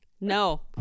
No